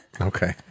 Okay